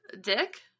Dick